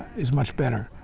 is much better.